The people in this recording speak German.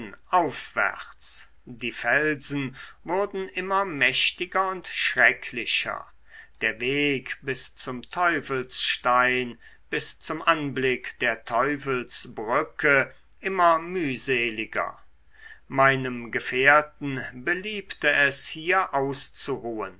aufwärts die felsen wurden immer mächtiger und schrecklicher der weg bis zum teufelsstein bis zum anblick der teufelsbrücke immer mühseliger meinem gefährten beliebte es hier auszuruhen